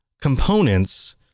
components